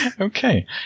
okay